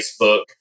Facebook